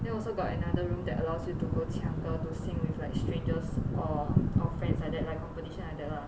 then also got another room that allows you to go 抢歌 to sing with like strangers or or friends like that like competition like that lah